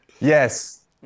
Yes